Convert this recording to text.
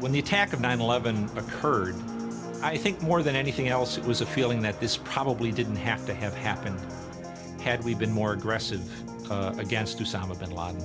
when the attack of nine eleven occurred i think more than anything else it was a feeling that this probably didn't have to have happened had we been more aggressive against usama bin ladin